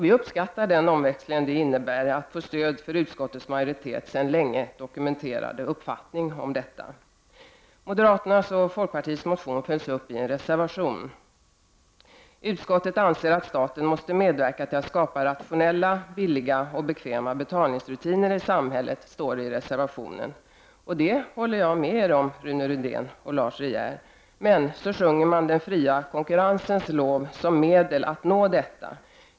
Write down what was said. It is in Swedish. Vi uppskattar den omväxling som det innebär att få stöd för utskottsmajoritetens sedan länge dokumenterade uppfattning härvidlag. Moderata samlingspartiets och folkpartiets motion följs upp i en reservation. ”Utskottet anser att staten måste medverka till att skapa rationella, billiga och bekväma betalningsrutiner i samhället”, står det i reservationen. Och det håller jag med er om, Rune Rydén och Lars De Geer. Men så sjunger man den fria konkurrensens lov som medel att nå detta.